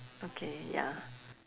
okay ya